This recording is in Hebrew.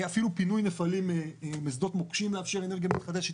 אפילו פינוי מפעלים משדות מוקשים מאפשר אנרגיה מתחדשת.